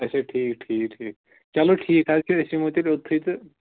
اچھا ٹھیٖک ٹھیٖک ٹھیٖک چلو ٹھیٖک حظ چھُ أسۍ یِمو تیٚلہِ اوٚتتھٕے تہٕ